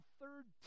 third